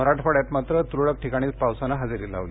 मराठवाङ्यात मात्र तुरळक ठिकाणीच पावसानं हजेरी लावली